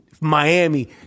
Miami